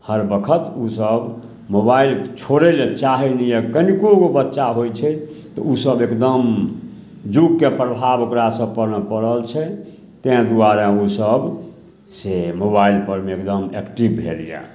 हर बखत ओसभ मोबाइल छोड़ैलए चाहै नहि यऽ कनिकोगो बच्चा होइ छै तऽ ओसभ एकदम जुगके प्रभाव ओकरा सभपरमे पड़ल छै ताहि दुआरे ओसभसे मोबाइलपरमे एकदम एक्टिव भेल यऽ